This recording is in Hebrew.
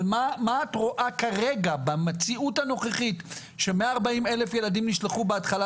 אבל מה את רואה כרגע במציאות הנוכחית ש-140 אלף ילדים נשלחו בהתחלה